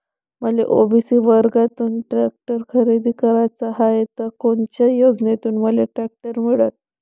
मले ओ.बी.सी वर्गातून टॅक्टर खरेदी कराचा हाये त कोनच्या योजनेतून मले टॅक्टर मिळन?